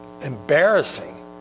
embarrassing